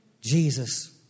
Jesus